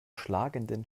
schlagenden